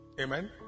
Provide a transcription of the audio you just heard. Amen